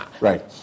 right